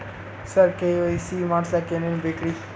ಸರ KYC ಮಾಡಸಕ್ಕ ಎನೆನ ಬೇಕ್ರಿ?